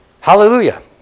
Hallelujah